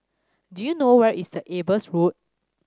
do you know where is the Ebers Road